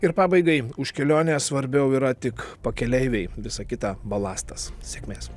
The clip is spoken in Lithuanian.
ir pabaigai už kelionę svarbiau yra tik pakeleiviai visa kita balastas sėkmės